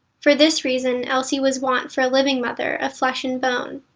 for this reason, elsie was want for a living mother of flesh and bone.